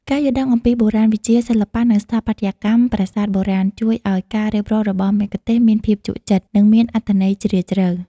ការយល់ដឹងអំពីបុរាណវិទ្យា សិល្បៈ និងស្ថាបត្យកម្មប្រាសាទបុរាណ ជួយឱ្យការរៀបរាប់របស់មគ្គុទ្ទេសក៍មានភាពជក់ចិត្ត និងមានអត្ថន័យជ្រាលជ្រៅ។